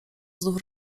znów